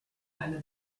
eine